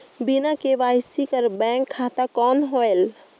बिना के.वाई.सी कर बैंक खाता कौन होएल?